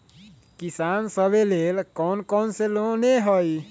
किसान सवे लेल कौन कौन से लोने हई?